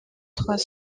trois